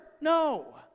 No